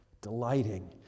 delighting